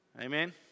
amen